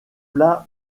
plat